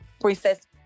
princess